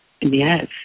Yes